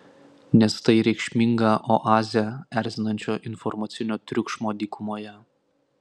nes tai reikšminga oazė erzinančio informacinio triukšmo dykumoje